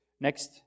next